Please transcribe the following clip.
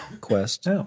quest